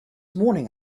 morning